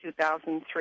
2003